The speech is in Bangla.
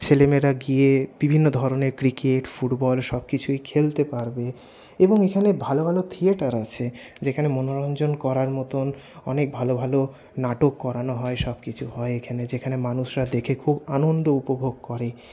ছেলেমেয়েরা গিয়ে বিভিন্ন ধরনের ক্রিকেট ফুটবল সব কিছুই খেলতে পারবে এবং এখানে ভালো ভালো থিয়েটার আছে যেখানে মনোরঞ্জন করার মতো অনেক ভালো ভালো নাটক করানো হয় সবকিছু হয় এখানে যেখানে মানুষরা দেখে খুব আনন্দ উপভোগ করে